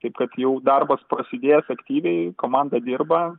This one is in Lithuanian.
taip kad jau darbas prasidėjęs aktyviai komanda dirba